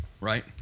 right